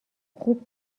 خوب